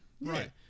Right